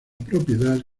propiedad